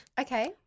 Okay